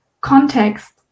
context